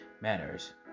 manners